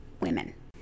women